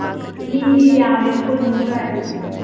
ꯃꯤ ꯌꯥꯝꯃꯦ ꯀꯨꯝꯃꯨꯛ ꯂꯥꯛꯑꯦ